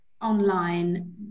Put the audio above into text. online